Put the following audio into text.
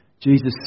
Jesus